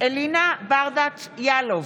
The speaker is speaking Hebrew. אלינה ברדץ' יאלוב,